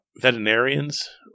veterinarians